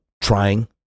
trying